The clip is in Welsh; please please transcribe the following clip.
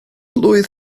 blwydd